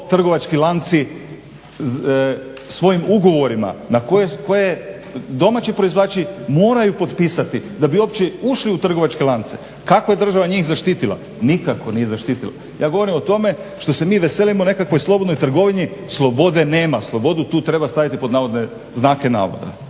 trgovački lanci svojim ugovorima na koje domaći proizvođači moraju potpisati da bi uopće ušli u trgovačke lance. Kako je država njih zaštitila? Nikako nije zaštitila. Ja govorim o tome što se mi veselimo nekakvoj slobodnoj trgovini. Slobode nema, slobodu tu treba staviti pod navodne znake navoda.